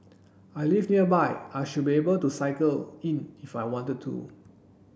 I live nearby I should be able to cycle in if I wanted to